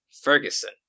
ferguson